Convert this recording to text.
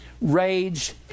rage